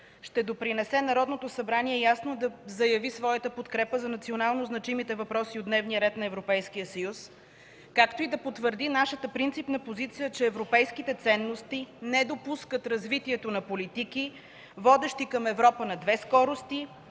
ще допринесе Народното събрание ясно да заяви своята подкрепа за национално значимите въпроси от дневния ред на Европейския съюз, както и да потвърди нашата принципна позиция, че европейските ценности не допускат развитието на политики, водещи към Европа на две скорости